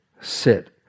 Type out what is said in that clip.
sit